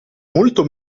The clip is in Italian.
molto